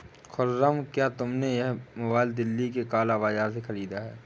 खुर्रम, क्या तुमने यह मोबाइल दिल्ली के काला बाजार से खरीदा है?